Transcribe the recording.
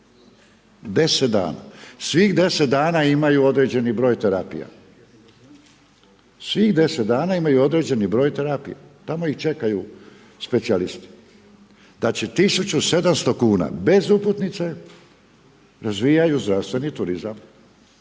za 1700 kn sa prijevozom, 10 dana. Svih 10 dana imaju određeni broj terapija. Tamo ih čekaju specijalisti. Znači 1700 kn bez uputnice, razvijaju zdravstveni turizam